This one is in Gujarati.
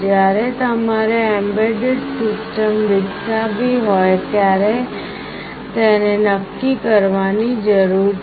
જ્યારે તમારે એમ્બેડેડ સિસ્ટમ વિકસાવી હોય ત્યારે તેને નક્કી કરવાની જરૂર છે